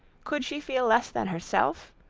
could she feel less than herself!